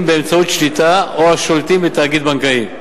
באמצעי שליטה או השולטים בתאגיד בנקאי.